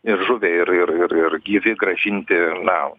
ir žuvę ir ir ir gyvi grąžinti na